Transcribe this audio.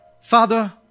Father